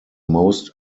most